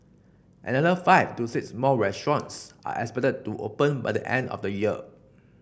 another five to six more restaurants are expected to open by the end of the year